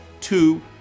two